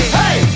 hey